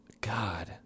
God